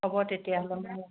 হ'ব তেতিয়াহ'লে